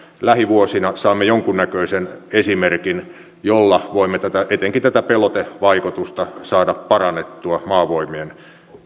lähivuosina saamme jonkunnäköisen esimerkin jolla voimme etenkin tätä pelotevaikutusta saada parannettua maavoimien